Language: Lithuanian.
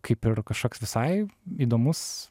kaip ir kažkoks visai įdomus